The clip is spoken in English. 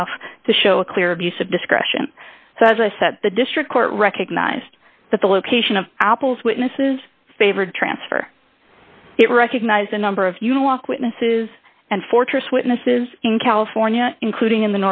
enough to show a clear abuse of discretion so as i said the district court recognized that the location of apple's witnesses favored transfer it recognized a number of you walk witnesses and fortress witnesses in california including in